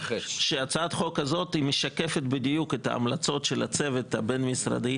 הצעת חוק כזאת היא משקפת בדיוק את ההמלצות שלה צוות הבין משרדי,